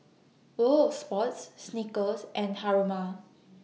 World of Sports Snickers and Haruma